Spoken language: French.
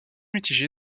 mitigé